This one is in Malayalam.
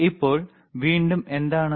ഇപ്പോൾ വീണ്ടും എന്താണ് അത്